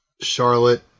Charlotte